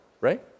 right